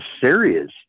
serious